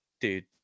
dude